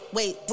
Wait